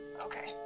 okay